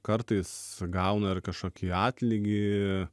kartais gauna ir kažkokį atlygį